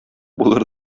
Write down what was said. булыр